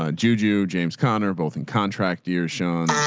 ah juju james conner, both in contract year, sean,